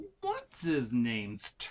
What's-his-name's